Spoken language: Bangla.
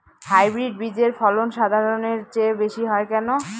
হাইব্রিড বীজের ফলন সাধারণের চেয়ে বেশী হয় কেনো?